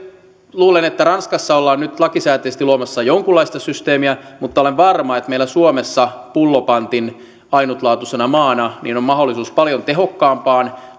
luulen että ranskassa ollaan nyt lakisääteisesti luomassa jonkunlaista systeemiä mutta olen varma että meillä suomessa pullopantin ainutlaatuisena maana on mahdollisuus paljon tehokkaampaan